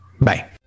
Bye